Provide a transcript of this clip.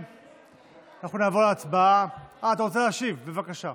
או לפניך,